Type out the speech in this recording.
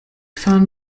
fahren